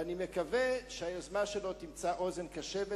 ואני מקווה שהיוזמה שלו תמצא אוזן קשבת